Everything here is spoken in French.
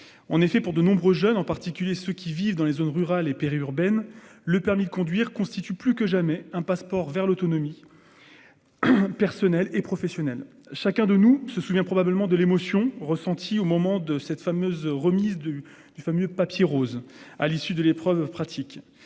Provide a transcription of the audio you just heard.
En effet, pour de nombreux jeunes, en particulier ceux qui vivent dans les zones rurales et périurbaines, le permis de conduire constitue, plus que jamais, un passeport vers l'autonomie personnelle et professionnelle. Chacun de nous se souvient probablement de l'émotion ressentie au moment de la remise du fameux « papier rose » à l'issue de l'épreuve pratique.